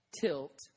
tilt